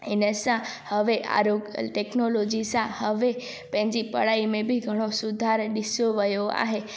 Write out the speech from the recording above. इन सां हाणे आरोगल टैक्नोलॉजी सां हाणे पंहिंजी पढ़ाई में बि घणो सुधारु ॾिठो वियो आहे